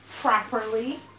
properly